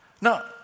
Now